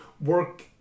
work